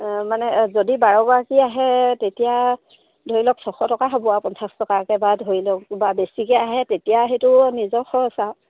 মানে যদি বাৰগৰাকী আহে তেতিয়া ধৰি লওক ছশ টকা হ'ব আৰু পঞ্চাছ টকাকৈ বা ধৰি লওক বা বেছিকৈ আহে তেতিয়া সেইটো নিজৰ খৰচ আৰু